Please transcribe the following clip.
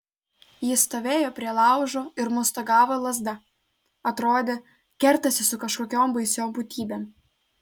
jis stovėjo prie laužo ir mostagavo lazda atrodė kertasi su kažkokiom baisiom būtybėm